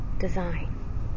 design